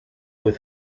with